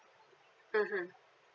mmhmm